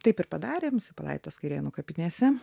taip ir padarėm jisai palaidotas kairėnų kapinėse